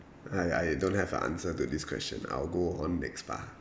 I I don't have a answer to this question I'll go on next bah